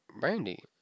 Brandy